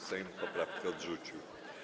Sejm poprawki odrzucił.